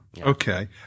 Okay